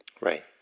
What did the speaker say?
Right